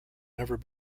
never